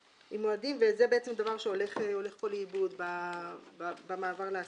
מועדים, וזה דבר שהולך פה לאיבוד במעבר להשגה.